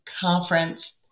conference